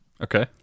Okay